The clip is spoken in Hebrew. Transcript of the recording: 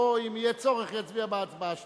או אם יהיה צורך יצביע בהצבעה השלישית.